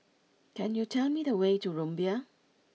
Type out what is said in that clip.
can you tell me the way to Rumbia